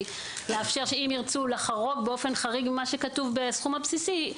לאפשר שאם ירצו לחרוג באופן חריג ממה שכתוב בסכום הבסיסי,